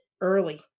early